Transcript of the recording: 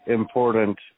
important